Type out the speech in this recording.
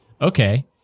Okay